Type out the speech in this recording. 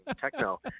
techno